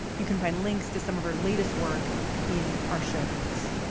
you can find links to some of her latest work in our show notes